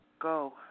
Go